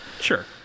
Sure